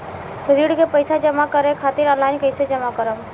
ऋण के पैसा जमा करें खातिर ऑनलाइन कइसे जमा करम?